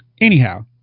Anyhow